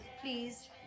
please